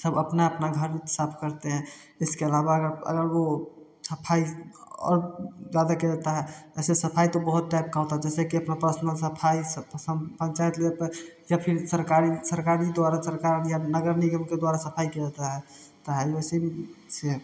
सब अपना अपना घर साफ करते हैं इसके अलावा अगर वो सफाई और ज्यादा करता है ऐसे तो सफाई तो बहुत टाइप का होता है जैसे कि अपने पर्सनल सफाई पंचायत लेवल पर या फिर सरकारी या नगर निगम के द्वारा सफाई किया जाता है वैसे भी